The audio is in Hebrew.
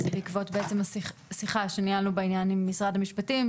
זה בעקבות שיחה שניהלנו בעניין עם משרד המשפטים,